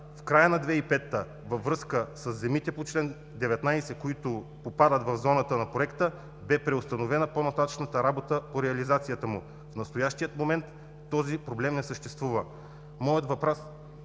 В края на 2005 г., във връзка със земите по чл.19, които попадат в зоната на Проекта, бе преустановена по-нататъшната работа по реализацията му. В настоящия момент този проблем не съществува. Моят въпрос,